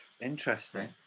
Interesting